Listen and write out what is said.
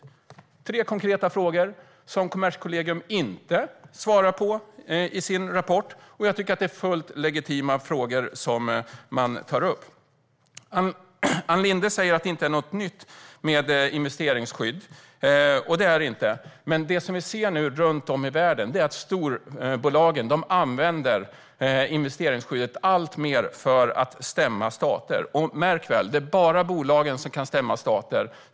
Det är tre konkreta frågor som Kommerskollegium inte svarar på i sin rapport, och jag tycker att det är fullt legitima frågor som tas upp. Ann Linde säger att investeringsskydd inte är något nytt. Det är det inte, men det vi nu ser runt om i världen är att storbolagen alltmer använder investeringsskyddet för att stämma stater. Märk väl: Det är bara bolagen som kan stämma stater.